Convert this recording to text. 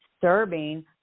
serving